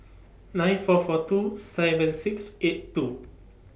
nine four four two seven six eight two